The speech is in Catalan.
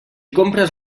compres